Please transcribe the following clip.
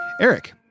Eric